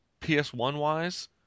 PS1-wise